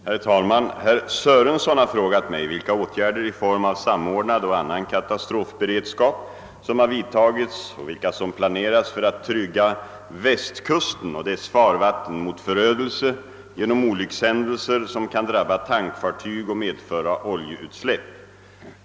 Herr talman! Herr Sörenson har frågat mig vilka åtgärder i form av samordnad och annan katastrofberedskap som har vidtagits och vilka som planeras för att trygga västkusten och dess farvatten mot förödelse genom olyckshändelser, som kan drabba tankfartyg och medföra oljeutsläpp.